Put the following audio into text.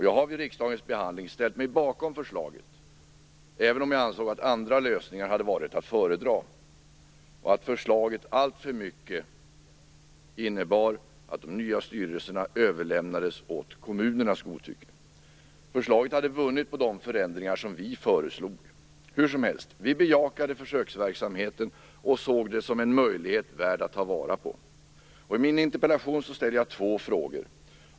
Jag har vid riksdagens behandling ställt mig bakom förslaget, trots att jag ansåg att andra lösningar hade varit att föredra och att förslaget alltför mycket innebar att de nya styrelserna överlämnades åt kommunernas godtycke. Förslaget hade vunnit på de förändringar som vi förordade. Hur som helst: Vi bejakade försöksverksamheten och såg den som en möjlighet värd att ta vara på. I min interpellation ställde jag två frågor.